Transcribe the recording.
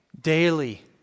daily